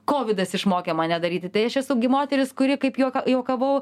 kovidas išmokė mane daryti tai aš esu gi moteris kuri kaip juokavau